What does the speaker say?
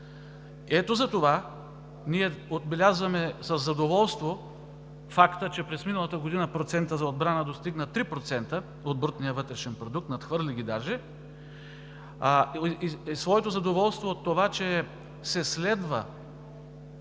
Ето затова ние отбелязваме със задоволство факта, че през миналата година процентът за отбрана достигна 3% от брутния вътрешен продукт – даже ги надхвърли, и от това, че се следва